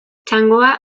txangoa